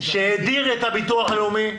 שהאדיר את הביטוח הלאומי,